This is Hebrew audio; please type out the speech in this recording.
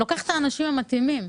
אני לוקחת את האנשים המתאימים.